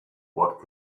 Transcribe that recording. what